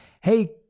hey